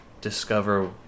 discover